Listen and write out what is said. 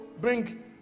bring